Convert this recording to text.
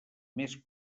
més